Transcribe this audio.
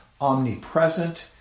omnipresent